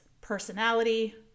personality